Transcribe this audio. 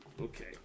Okay